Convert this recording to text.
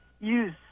use